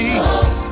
Jesus